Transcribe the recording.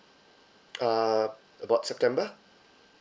uh about september